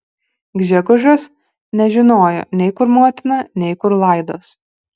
gžegožas nežinojo nei kur motina nei kur laidos